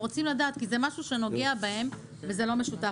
הם רוצים לדעת כי זה משהו שנוגע בהם וזה לא משותף.